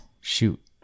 shoot